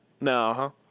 No